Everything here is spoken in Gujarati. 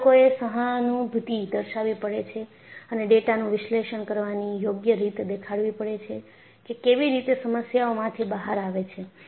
અહિયાં લોકોએ સહાનુભૂતિ દર્શાવવી પડે છે અને ડેટાનું વિશ્લેષણ કરવાની યોગ્ય રીત દેખાડવી પડે છે કે કેવી રીતે સમસ્યાઓમાંથી બહાર આવે છે